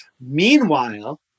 Meanwhile